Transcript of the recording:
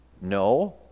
No